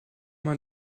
man